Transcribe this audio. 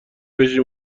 بشیم